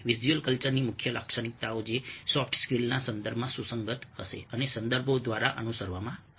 visual કલ્ચરની મુખ્ય લાક્ષણિકતાઓ જે સોફ્ટ સ્કિલ્સ ના સંદર્ભમાં સુસંગત હશે અને સંદર્ભો દ્વારા અનુસરવામાં આવશે